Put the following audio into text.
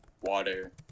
water